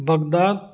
Baghdad